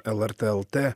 lrt lt